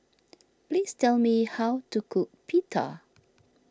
please tell me how to cook Pita